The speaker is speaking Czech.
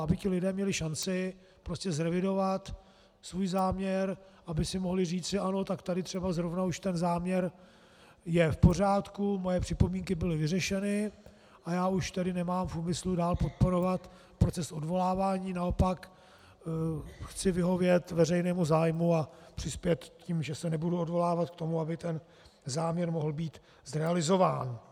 Aby ti lidé měli šanci zrevidovat svůj záměr, aby si mohli říci ano, tak tady třeba zrovna už ten záměr je v pořádku, moje připomínky byly vyřešeny a já už tedy nemám v úmyslu dál podporovat proces odvolávání, naopak chci vyhovět veřejnému zájmu a přispět tím, že se nebudu odvolávat, k tomu, aby ten záměr mohl být zrealizován.